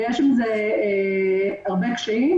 ויש הרבה קשיים.